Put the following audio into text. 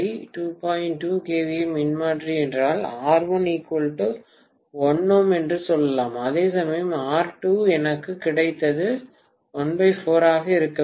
2kVA மின்மாற்றி என்றால் R1 1ῼ என்று சொல்லலாம் அதேசமயம் R2 எனக்கு கிடைத்தது 14 ஆக இருக்க வேண்டும்